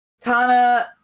Tana